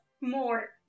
more